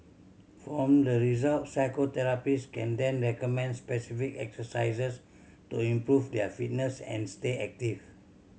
from the results physiotherapists can then recommend specific exercises to improve their fitness and stay active